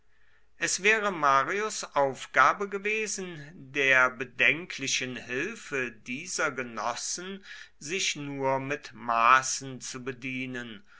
es wäre marius aufgabe gewesen der bedenklichen hilfe dieser genossen sich nur mit maßen zu bedienen